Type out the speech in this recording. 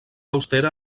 austera